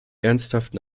ernsthaften